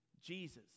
Jesus